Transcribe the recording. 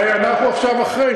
הרי אנחנו עכשיו אחרי.